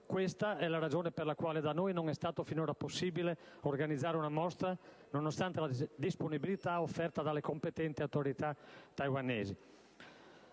Questa è la ragione per la quale da noi non è stato finora possibile organizzare una mostra, nonostante la disponibilità offerta dalle competenti autorità taiwanesi.